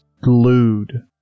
glued